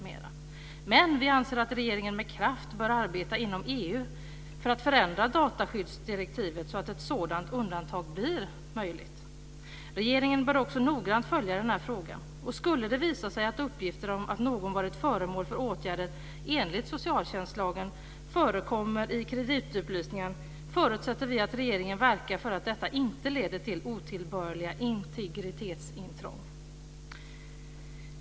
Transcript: Men vi anser att regeringen med kraft bör arbeta inom EU för att förändra dataskyddsdirektivet så att ett sådant undantag blir möjligt. Regeringen bör också noggrant följa denna fråga. Skulle det visa sig att uppgifter om att någon varit föremål för åtgärder enligt socialtjänstlagen förekommer i kreditupplysningar förutsätter vi att regeringen verkar för att detta inte leder till otillbörliga integritetsintrång.